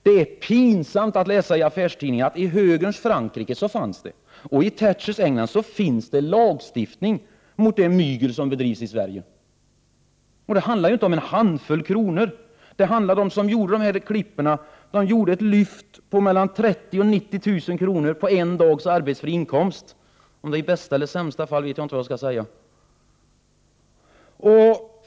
Det är pinsamt att läsa i affärstidningarna att det i högerns Frankrike fanns och i Thatchers England finns lagstiftning mot sådant mygel som bedrivs i Sverige. Och det handlar inte om en handfull kronor. De som gjorde dessa klipp fick på en dag mellan 30 000 och 90 000 kr. i arbetsfri inkomst. Om detta är i bästa eller sämsta fall vet jag inte.